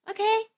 Okay